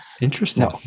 interesting